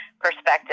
perspective